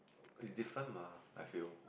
it's different mah I feel